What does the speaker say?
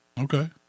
Okay